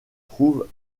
trouvait